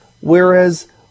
whereas